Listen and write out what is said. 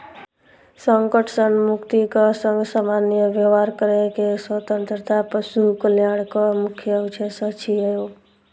संकट सं मुक्तिक संग सामान्य व्यवहार करै के स्वतंत्रता पशु कल्याणक मुख्य उद्देश्य छियै